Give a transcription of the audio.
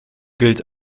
gilt